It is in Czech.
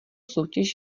soutěž